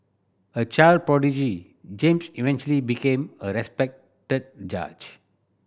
a child prodigy James eventually became a respected judge